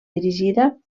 dirigida